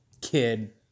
kid